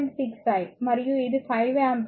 6 I మరియు ఇది 5 ampere అని చూడండి